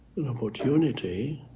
an opportunity